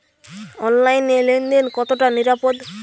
অনলাইনে লেন দেন কতটা নিরাপদ?